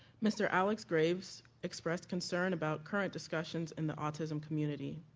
mr. alex graves expressed concern about current discussions in the autism community.